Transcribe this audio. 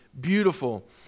beautiful